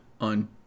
on